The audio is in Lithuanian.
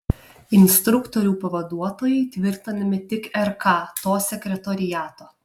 instruktorių pavaduotojai tvirtinami tik rk to sekretoriato